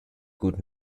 could